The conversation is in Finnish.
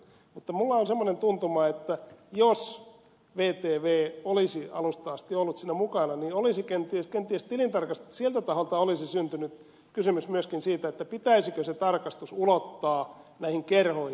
mutta minulla on semmoinen tuntuma että jos vtv olisi alusta asti ollut siinä mukana niin olisi kenties siltä taholta syntynyt kysymys myöskin siitä pitäisikö se tarkastus ulottaa näihin kerhoihin